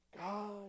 God